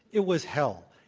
it was hell.